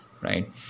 right